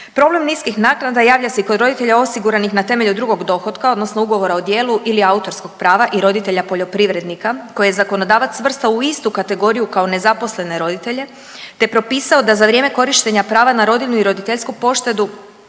Problem niskih naknada javlja se i kod roditelja osiguranih na temelju drugog dohotka odnosno ugovora o djelu ili autorskog prava i roditelja poljoprivrednika koje je zakonodavac svrstao u istu kategoriju kao nezaposlene roditelje te propisao da za vrijeme korištenje prava na rodilju i roditeljsku poštedu